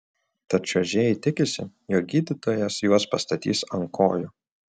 tad čiuožėjai tikisi jog gydytojas juos pastatys ant kojų